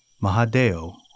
Mahadeo